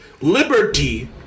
Liberty